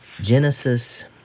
Genesis